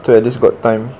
so at least got time